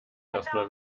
erstmal